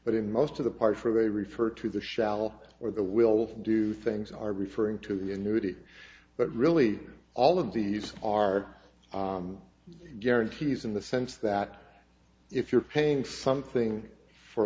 but in most of the part for they refer to the shall or the will do things are referring to the annuity but really all of these are guarantees in the sense that if you're paying something for